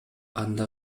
анда